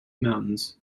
mountains